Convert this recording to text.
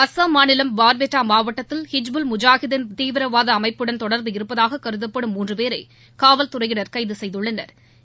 அசாம் மாநிலம் பார்பெட்டா மாவட்டத்தில் ஹிஜ்புல் முஜாஹிதின் தீவிரவாத அமைப்புடன் தொடர்பு இருப்பதாக கருதப்படும் மூன்று பேரை காவல் துறையினா் கைது செய்துள்ளனா்